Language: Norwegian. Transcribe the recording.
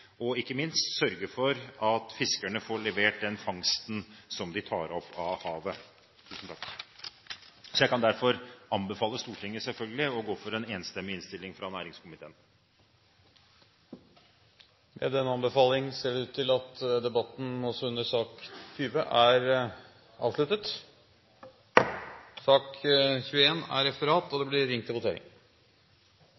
og ikke minst sørge for at fiskerne får levert den fangsten som de tar opp av havet. Jeg vil selvfølgelig derfor anbefale Stortinget å gå inn for den enstemmige innstillingen fra næringskomiteen. Med den anbefalingen er også debatten under sak nr. 20 avsluttet. Da er Stortinget klar til å gå til votering over sakene på dagens kart. Under debatten er